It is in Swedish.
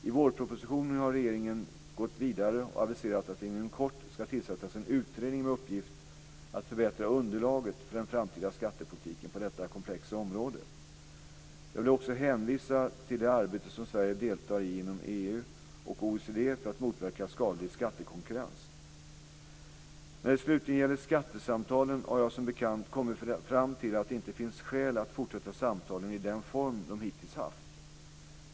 I vårpropositionen har regeringen gått vidare och aviserat att det inom kort ska tillsättas en utredning med uppgift att förbättra underlaget för den framtida skattepolitiken på detta komplexa område. Jag vill också hänvisa till det arbete som Sverige deltar i inom EU och OECD för att motverka skadlig skattekonkurrens. När det slutligen gäller skattesamtalen har jag som bekant kommit fram till att det inte finns skäl att fortsätta samtalen i den form de hittills haft.